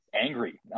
angry